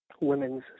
women's